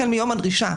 החל מיום הדרישה.